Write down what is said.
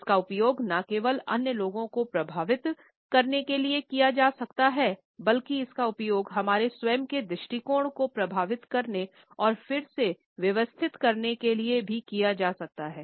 इसका उपयोग न केवल अन्य लोगों को प्रभावित करने के लिए किया जा सकता है बल्कि इसका उपयोग हमारे स्वयं के दृष्टिकोण को प्रभावित करने और फिर से व्यवस्थित करने के लिए भी किया जा सकता है